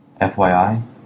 FYI